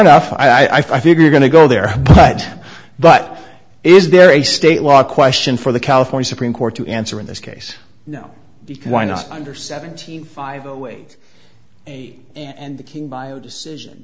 enough i figure you going to go there but but is there a state law question for the california supreme court to answer in this case no because why not under seventy five the way and the king bio decision